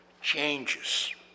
changes